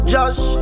Josh